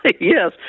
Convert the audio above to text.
Yes